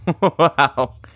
wow